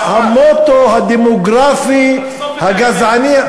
המוטו הדמוגרפי הגזעני,